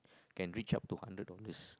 can reach up to hundred dollars